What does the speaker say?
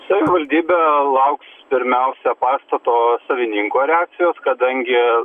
savivaldybė lauks pirmiausia pastato savininko reakcijos kadangi